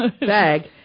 bag